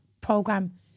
program